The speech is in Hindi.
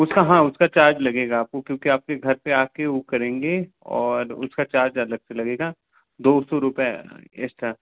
उसका हाँ उसका चार्ज लगेगा आपको क्योंकि आपके घर पर आ कर वो करेंगे और उसका चार्ज अलग से लगेगा दो सौ रुपये एस्ट्रा